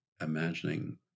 imagining